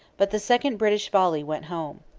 but the second british volley went home.